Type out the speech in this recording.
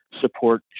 support